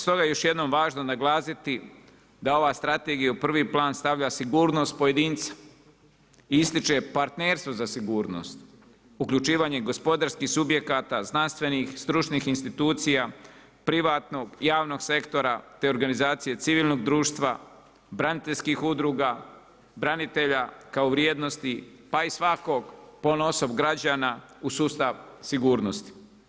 Stoga je još jednom važno naglasiti da ova strategija u prvi plan stavlja sigurnost pojedinca i ističe partnerstvo za sigurnost, uključivanje gospodarskih subjekata, znanstvenih, stručnih institucija, privatnog, javnog sektora, te organizacije civilnog društva, braniteljskih udruga, branitelja kao vrijednosti pa i svakog ponaosob građana u sustav sigurnosti.